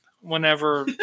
whenever